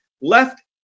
left